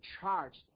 charged